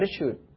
attitude